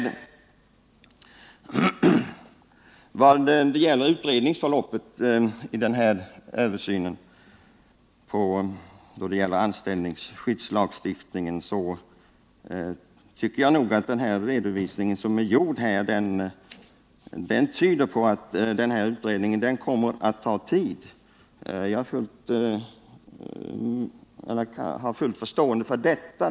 Den redovisning som lämnats vad det gäller utredningsförloppet i samband med den översyn som nu pågår av anställningsskyddslagstiftningen tycker jag tyder på att utredningen kommer att ta tid. Jag har full förståelse för detta.